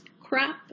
crap